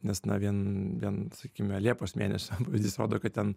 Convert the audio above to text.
nes na vien sakykime liepos mėnesio pavyzdys rodo kad ten